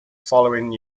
following